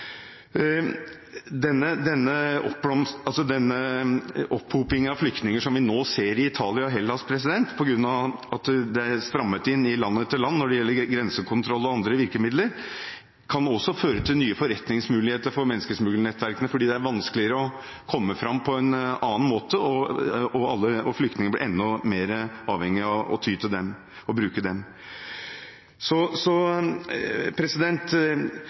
av flyktninger som vi nå ser i Italia og Hellas, på grunn av at det er strammet inn i land etter land når det gjelder grensekontroll og andre virkemidler, kan også føre til nye forretningsmuligheter for menneskesmuglernettverkene fordi det er vanskeligere å komme fram på annen måte. Flyktningene blir da enda mer avhengige av å ty til dem, bruke dem. Så